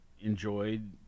enjoyed